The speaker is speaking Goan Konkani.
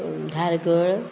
धारगळ